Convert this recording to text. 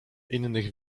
innych